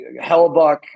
Hellbuck